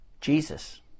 Jesus